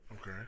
Okay